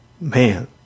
man